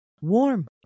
warm